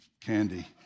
candy